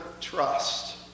trust